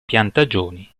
piantagioni